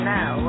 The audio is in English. now